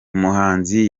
umuhanzi